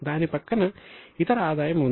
దాని పక్కన ఇతర ఆదాయం ఉంది